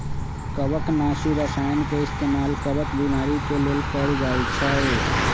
कवकनाशी रसायन के इस्तेमाल कवक बीमारी के लेल कएल जाई छई